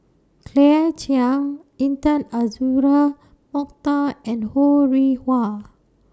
Claire Chiang Intan Azura Mokhtar and Ho Rih Hwa